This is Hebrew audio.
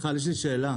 יש לי שאלה.